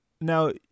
Now